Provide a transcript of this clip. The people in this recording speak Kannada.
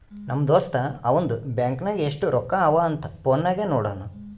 ನಮ್ ದೋಸ್ತ ಅವಂದು ಬ್ಯಾಂಕ್ ನಾಗ್ ಎಸ್ಟ್ ರೊಕ್ಕಾ ಅವಾ ಅಂತ್ ಫೋನ್ ನಾಗೆ ನೋಡುನ್